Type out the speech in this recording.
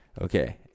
Okay